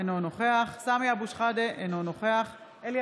אינו נוכח סמי אבו שחאדה, אינו נוכח אלי